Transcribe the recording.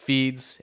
Feeds